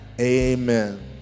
amen